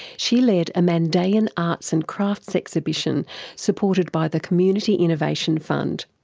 she led a mandaean arts and crafts exhibition supported by the community innovation fund.